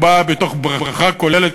ובאה בתוך בריכה כוללת,